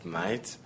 night